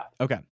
Okay